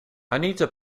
anita